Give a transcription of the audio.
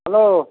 hello